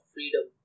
Freedom